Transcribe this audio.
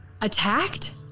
attacked